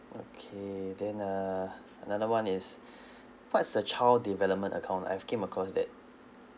okay then err another one is what's the child development account I've came across that